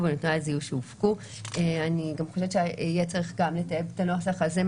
ובנתוני הזיהוי שהופקו." אני חושבת שיהיה צריך לטייב גם את הנוסח הזה,